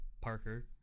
Parker